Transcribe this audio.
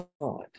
God